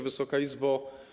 Wysoka Izbo!